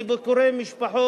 לביקורי משפחות,